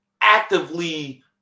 actively